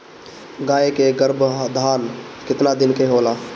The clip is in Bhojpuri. गाय के गरभाधान केतना दिन के होला?